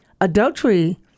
Adultery